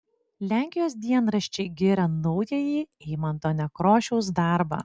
lenkijos dienraščiai giria naująjį eimunto nekrošiaus darbą